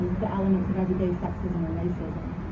the elements of everyday sexism and racism.